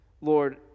lord